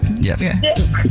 Yes